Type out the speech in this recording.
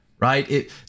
Right